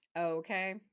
Okay